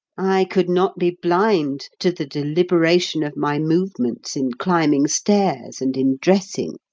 i could not be blind to the deliberation of my movements in climbing stairs and in dressing.